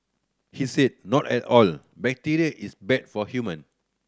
he said not at all bacteria is bad for human